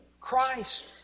Christ